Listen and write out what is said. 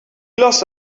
lost